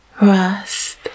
Rest